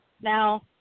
Now